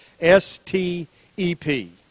S-T-E-P